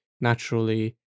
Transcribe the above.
naturally